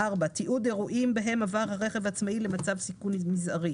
תיעוד אירועים בהם עבר הרכב העצמאי למצב סיכון מזערי.